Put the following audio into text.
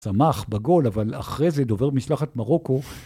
צמח בגול, אבל אחרי זה דובר משלחת מרוקו.